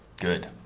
good